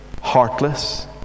heartless